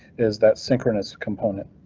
is that synchronous component.